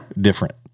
different